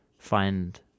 find